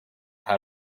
how